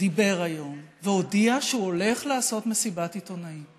דיבר היום והודיע שהוא הולך לעשות מסיבת עיתונאים.